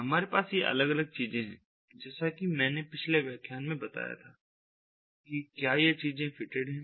हमारे पास ये अलग अलग चीजें हैं जैसा कि मैंने पिछले व्याख्यान में बताया था कि क्या ये चीजें फिटेड हैं